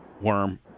Worm